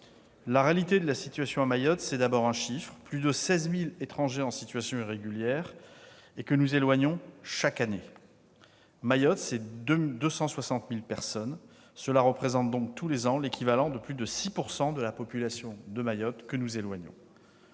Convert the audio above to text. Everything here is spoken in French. La réalité de la situation à Mayotte, c'est d'abord un chiffre : plus de 16 000 étrangers en situation irrégulière et que nous éloignons chaque année. Mayotte, c'est 260 000 personnes. Nous éloignons donc tous les ans l'équivalent de plus de 6 % de la population de Mayotte. À l'inverse,